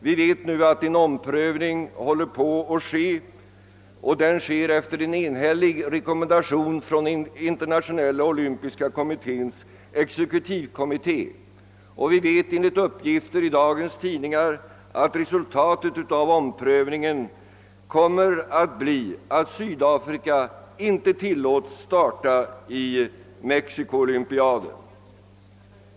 Vi vet nu att en omprövning håller på att ske och den sker efter en enhällig rekommendation från Internationella olympiska kommitténs exekutivkommitté. Enligt uppgifter i dagens tidningar vet vi att resultatet av omprövningen blir att Sydafrika inte tilllåts starta i Mexico-olympiaden.